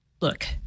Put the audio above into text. look